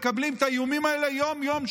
מקבלים את האיומים האלה יום-יום,